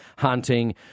Hunting